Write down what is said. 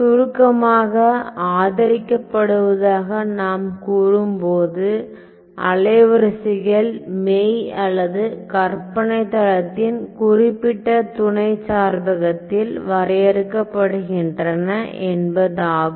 சுருக்கமாக ஆதரிக்கப்படுவதாக நாம் கூறும்போது அலைவரிசைகள் மெய் அல்லது கற்பனை தளத்தின் குறிப்பிட்ட துணை சார்பகத்தில் வரையறுக்கப்படுகின்றன என்பதாகும்